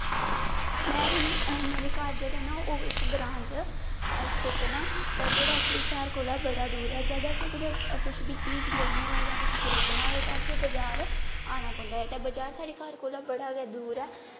में मेरे घर जेह्ड़े न ओह् इक्क ग्रांऽ च न इस केतन जेह्ड़ा की शैह्र कोला बड़ी दूर ऐ जद असें कुछ बी चीज़ लैनी होऐ जां खरीदना होऐ तां अस बजार आना पौंदा ते बजार साढ़े घर कोला बड़ी गै दूर ऐ